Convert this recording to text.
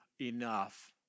enough